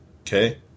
Okay